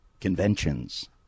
conventions